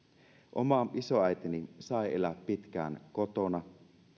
oma isoäitini sai elää pitkään kotona